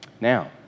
Now